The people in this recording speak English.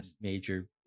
major